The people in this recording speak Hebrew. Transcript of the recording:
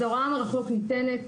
הוראה מרחוק ניתנת.